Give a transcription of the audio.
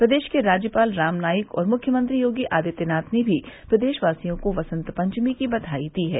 प्रदेश के राज्यपाल राम नाईक और मुख्यमंत्री योगी आदित्यनाथ ने भी प्रदेशवासियों को वसंत पंचमी की बधाई दी है